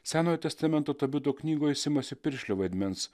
senojo testamento tobito knygoj jis imasi piršlio vaidmens